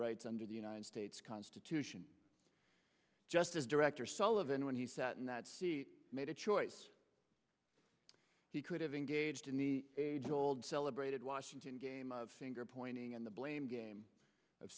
rights under the united states constitution just as director sullivan when he sat in that seat made a choice he could have engaged in the age old celebrated washington game of finger pointing and the blame game of